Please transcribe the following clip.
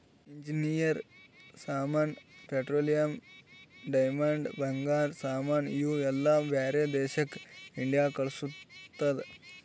engineer ಸಾಮಾನ್, petroleum, diamond, ಬಂಗಾರ ಸಾಮಾನ್ ಇವು ಎಲ್ಲಾ ಬ್ಯಾರೆ ದೇಶಕ್ ಇಂಡಿಯಾ ಕಳುಸ್ತುದ್